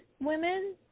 women